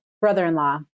brother-in-law